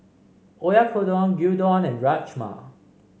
Oyakodon Gyudon and Rajma